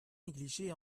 negligée